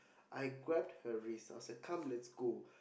I grabbed her wrist I was like come let's go